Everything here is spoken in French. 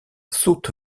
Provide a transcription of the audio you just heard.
saute